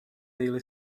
daily